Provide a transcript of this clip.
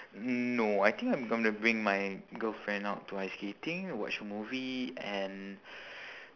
no I think I'm gonna bring my girlfriend out to ice skating watch movie and